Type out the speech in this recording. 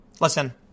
listen